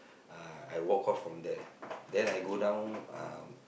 uh I walk off from there then I go down um